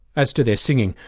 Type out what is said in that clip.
as to their singing,